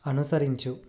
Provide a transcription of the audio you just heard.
అనుసరించు